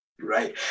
Right